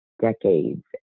decades